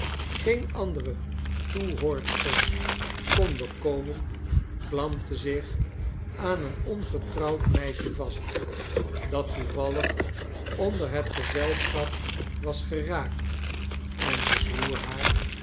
verwarring geeneandere toehoorster kon bekomen klampte zich aan een ongetrouwd meisje vast dat toevallig onder het gezelschap was geraakt en bezwoer haar